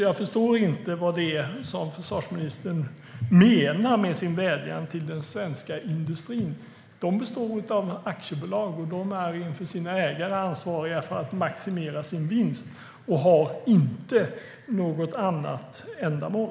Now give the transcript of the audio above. Jag förstår inte vad försvarsministern menar med sin vädjan till den svenska industrin. Den består av aktiebolag, och de är ansvariga inför sina ägare att maximera sin vinst. De har inte något annat ändamål.